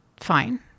fine